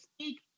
speak